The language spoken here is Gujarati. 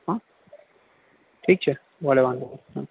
હ ઠીક છે ભલે વાંધો નહીં